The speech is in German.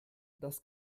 das